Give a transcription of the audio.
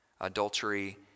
adultery